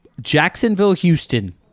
Jacksonville-Houston